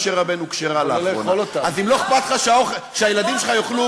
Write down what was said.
אם לא מאוכל מקולקל,